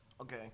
Okay